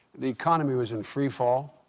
the economy was in free fall.